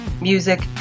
music